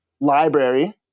library